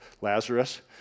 Lazarus